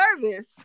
service